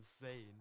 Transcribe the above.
insane